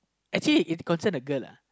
actually it concern a girl lah